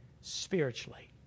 Spiritually